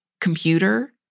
computer